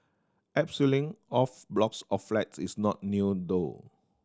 abseiling off blocks of flats is not new though